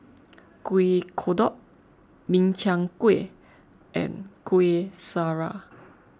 Kuih Kodok Min Chiang Kueh and Kuih Syara